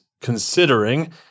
considering